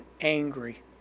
angry